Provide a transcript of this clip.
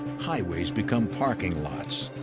highways become parking lots.